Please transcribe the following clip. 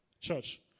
church